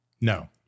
No